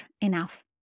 enough